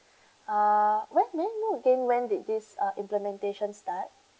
ah what may I know again when did this uh implementation start